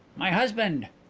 my husband.